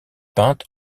peinte